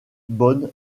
bonn